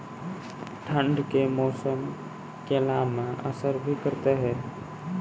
ठंड के मौसम केला मैं असर भी करते हैं?